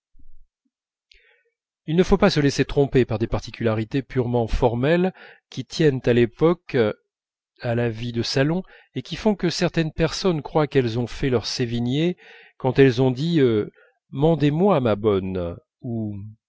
il ne faut pas se laisser tromper par des particularités purement formelles qui tiennent à l'époque à la vie de salon et qui font que certaines personnes croient qu'elles ont fait leur sévigné quand elles ont dit mandez-moi ma bonne ou